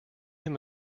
him